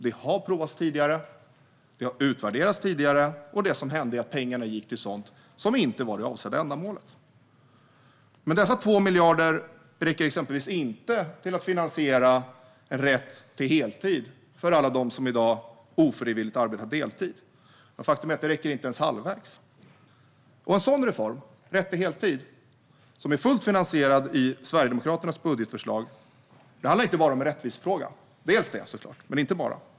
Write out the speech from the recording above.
Det har provats och utvärderats tidigare, och det som hände var att pengarna gick till sådant som inte var det avsedda ändamålet. Dessa 2 miljarder räcker exempelvis inte till att finansiera en rätt till heltid för alla dem som i dag ofrivilligt arbetar deltid. Faktum är att det inte ens räcker halvvägs. En reform om rätt till heltid, som är fullt finansierad i Sverigedemokraternas budgetförslag, handlar inte bara om en rättvisefråga. Det handlar visserligen delvis om det men inte bara.